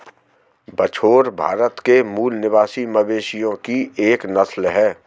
बछौर भारत के मूल निवासी मवेशियों की एक नस्ल है